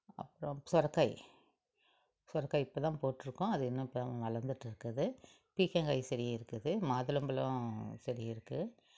அப்புறோம் சுரக்காய் சுரக்காய் இப்போ தான் போட்டிருக்கோம் அது இன்னும் இப்போ தான் வளர்ந்துட்டு இருக்குது பீர்க்கங்காய் செடி இருக்குது மாதுளம்பழம் செடி இருக்குது